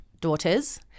Daughters